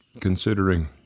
considering